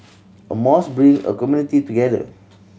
a mosque bring a community together